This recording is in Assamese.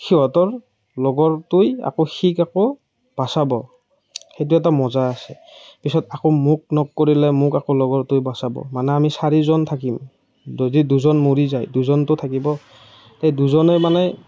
সিহঁতৰ লগৰটোৱে আকৌ সিক আকৌ বচাব সেইটো এটা মজা আছে পিছত আকৌ মোক ন'ক কৰিলে মোক আকৌ লগৰটোৱে বচাব মানে আমি চাৰিজন থাকিম যদি দুজন মৰি যায় দুজনতো থাকিব সেই দুজনে মানে